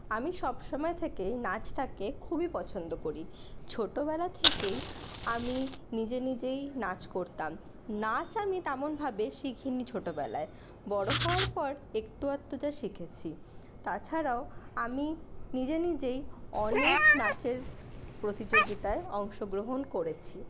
আমি সবসময় থেকেই নাচটাকে খুবই পছন্দ করি ছোটবেলা থেকেই আমি নিজে নিজেই নাচ করতাম নাচ আমি তেমনভাবে শিখিনি ছোটবেলায় বড় হওয়ার পর একটু আধটু যা শিখেছি তাছাড়াও আমি নিজে নিজেই অনেক নাচের প্রতিযোগিতায় অংশগ্রহণ করেছি